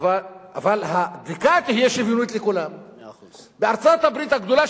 בכבישי איו"ש, לאחר שנים רבות של